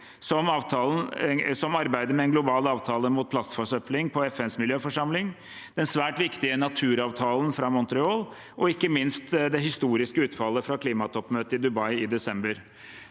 som arbeidet med en global avtale mot plastforsøpling på FNs miljøforsamling, den svært viktige naturavtalen fra Montreal, og ikke minst det historiske utfallet fra klimatoppmøtet i Dubai i desember.